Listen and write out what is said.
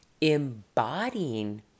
Embodying